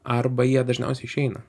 arba jie dažniausiai išeina